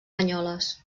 banyoles